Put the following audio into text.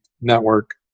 network